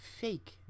fake